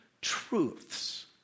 truths